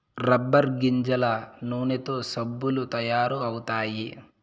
rubber గింజల నూనెతో సబ్బులు తయారు అవుతాయి